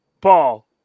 Paul